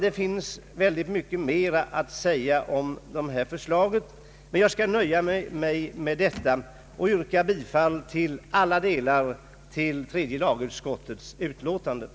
Det finns mycket mer att säga om dessa förslag, men jag nöjer mig med det sagda och yrkar i alla delar bifall till tredje lagutskottets hemställan.